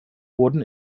wurden